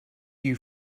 you